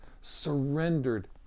surrendered